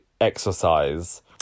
exercise